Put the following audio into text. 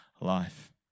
life